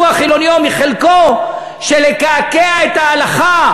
החילוני או מחלקו שרוצה לקעקע את ההלכה.